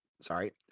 sorry